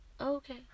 okay